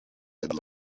had